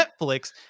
Netflix